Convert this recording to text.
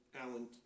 Alan